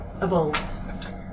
evolved